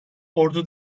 ordu